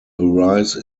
arise